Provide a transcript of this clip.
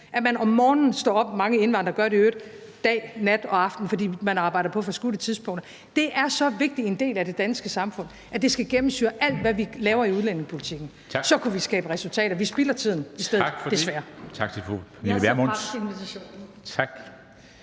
at man om morgenen står op – mange indvandrere gør det i øvrigt dag, nat og aften, fordi man arbejder på forskudte tidspunkter – er så vigtig en del af det danske samfund, at det skal gennemsyre alt, hvad vi laver i udlændingepolitikken. Så kunne vi skabe resultater. Vi spilder tiden i stedet, desværre.